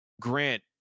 Grant